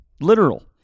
Literal